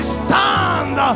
stand